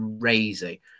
crazy